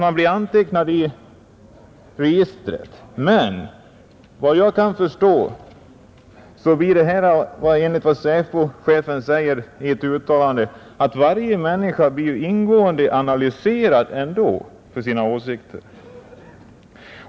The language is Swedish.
Man blir antecknad i registret, och enligt vad SÄPO-chefen säger i ett uttalande tycks det innebära att man blir ingående analyserad på grund av sina åsikter.